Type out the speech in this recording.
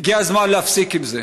הגיע הזמן להפסיק עם זה.